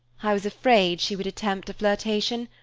i was afraid she would attempt a flirtation.